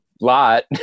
lot